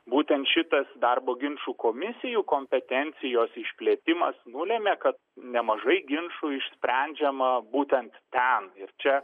būtent šitas darbo ginčų komisijų kompetencijos išplėtimas nulemia kad nemažai ginčų išsprendžiama būtent ten ir čia